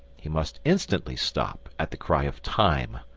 he must instantly stop at the cry of time.